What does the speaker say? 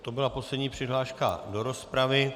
To byla poslední přihláška do rozpravy.